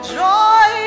joy